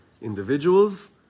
individuals